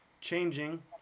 changing